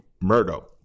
Murdo